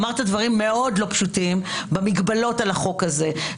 אמרת דברים לא פשוטים במגבלות על החוק הזה.